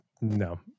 No